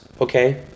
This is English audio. okay